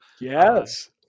Yes